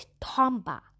Tomba